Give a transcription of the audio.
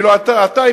ואילו עתה,